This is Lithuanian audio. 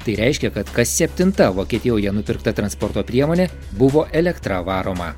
tai reiškia kad kas septinta vokietijoje nupirkta transporto priemonė buvo elektra varoma